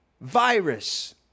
virus